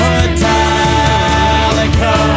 Metallica